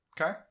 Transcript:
okay